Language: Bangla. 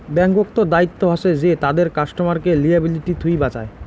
ব্যাঙ্ক্ত দায়িত্ব হসে যে তাদের কাস্টমারকে লিয়াবিলিটি থুই বাঁচায়